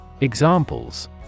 Examples